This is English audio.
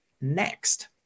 next